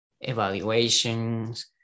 Evaluations